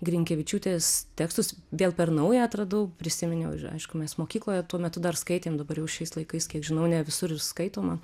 grinkevičiūtės tekstus vėl per naują atradau prisiminiau aišku mes mokykloje tuo metu dar skaitėm dabar jau šiais laikais kiek žinau ne visur ir skaitoma